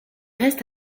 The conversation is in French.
reste